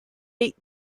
ate